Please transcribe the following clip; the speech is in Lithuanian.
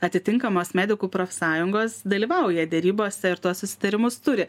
atitinkamos medikų profsąjungos dalyvauja derybose ir tuos susitarimus turi